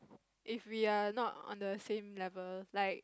if we are not on the same level like